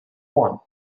want